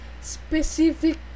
specific